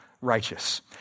righteous